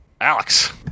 Alex